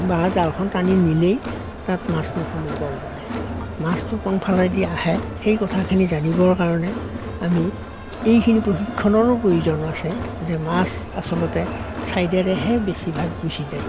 বা জালখন টানি নিলেই তাত মাছ নোসোমাব পাৰে মাছটো কোনফালেদি আহে সেই কথাখিনি জানিবৰ কাৰণে আমি এইখিনি প্ৰশিক্ষণৰো প্ৰয়োজন আছে যে মাছ আচলতে চাইডেৰেহে বেছিভাগ গুচি যায়